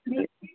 ನೀ